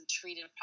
treated